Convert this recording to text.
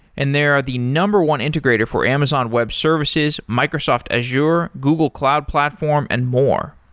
and they are the number one integrator for amazon web services, microsoft azure, google cloud platform and more.